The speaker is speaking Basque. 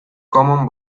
common